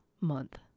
month